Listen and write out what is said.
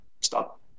stop